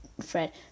Fred